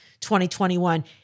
2021